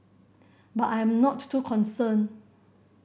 but I am not too concerned